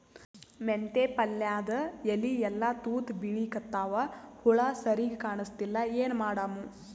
ಮೆಂತೆ ಪಲ್ಯಾದ ಎಲಿ ಎಲ್ಲಾ ತೂತ ಬಿಳಿಕತ್ತಾವ, ಹುಳ ಸರಿಗ ಕಾಣಸ್ತಿಲ್ಲ, ಏನ ಮಾಡಮು?